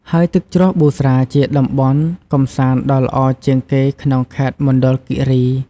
ហើយទឹកជ្រោះប៊ូស្រាជាតំបន់កំសាន្តដ៏ល្អជាងគេក្នុងខេត្តមណ្ឌលគិរី។